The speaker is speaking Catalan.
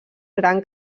gran